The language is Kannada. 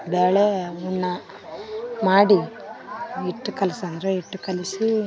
ಬೇಳೇ ಹೂರ್ಣ ಮಾಡಿ ಹಿಟ್ ಕಲ್ಸು ಅಂದ್ರು ಹಿಟ್ ಕಲಿಸಿ